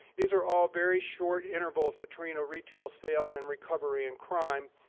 these are all very short intervals between a retail sale and recovery and crime.